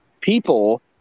People